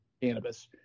cannabis